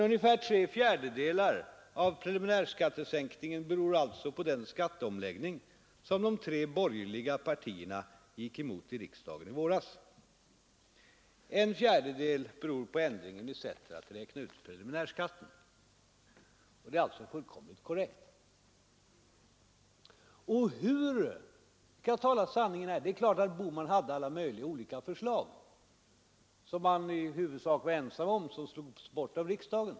Ungefär tre fjärdedelar av preliminärskattesänkningen beror på den skatteomläggning som de tre borgerliga partierna gick emot i riksdagen i våras. Ungefär en fjärdedel beror på ändringen av sättet att räkna ut preliminärskatten. Det är alltså fullkomligt korrekt. Herr Bohman hade givetvis alla möjliga förslag, som han i huvudsak var ensam om och som förkastades av riksdagen.